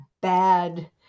bad